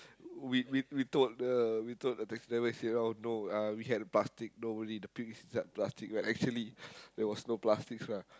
we we we told the we told the taxi driver say oh no uh we had plastic don't worry the puke is inside the plastic bag actually there was no plastics lah